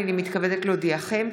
הינני מתכבדת להודיעכם,